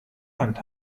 hand